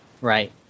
right